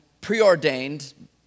preordained